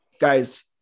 Guys